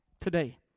today